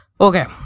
okay